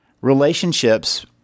Relationships